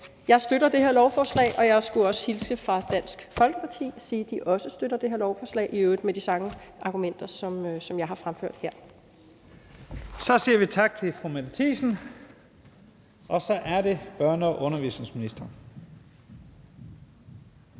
Jeg støtter det her lovforslag, og jeg skulle også hilse fra Dansk Folkeparti og sige, at de også støtter det her lovforslag – i øvrigt med de samme argumenter, som jeg har fremført her. Kl. 15:15 Første næstformand (Leif Lahn Jensen): Så siger vi tak til fru Mette Thiesen, og så er det børne- og undervisningsministeren.